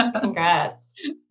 Congrats